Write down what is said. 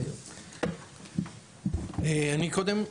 קודם כל,